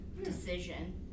decision